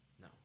No